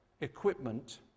equipment